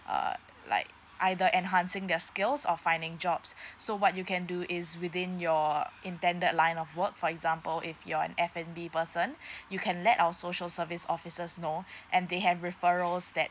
err like either enhancing their skills of finding jobs so what you can do is within your intended line of work for example if you're an F and B person you can let our social service officers know and they have referrals that